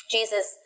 Jesus